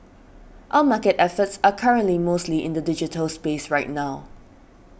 our market efforts are currently mostly in the digital space right now